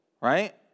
right